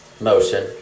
motion